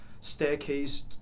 staircase